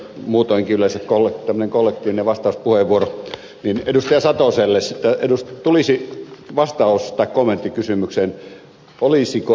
satoselle muutoin kylässä kolkkanen kolehtinä vastauspuheenvuorot ja kyllä tämmöinen kollektiivinen vastauspuheenvuoro tulisi kommentti kysymykseen siitä olisiko ed